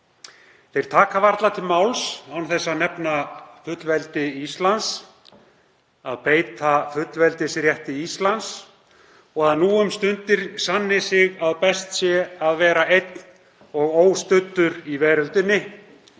Þeir taka varla til máls án þess að nefna fullveldi Íslands, að beita fullveldisrétti Íslands og að nú um stundir sanni sig að best sé að vera einn og óstuddur í veröldinni,